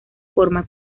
forma